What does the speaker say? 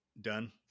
Done